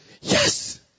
yes